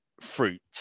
fruit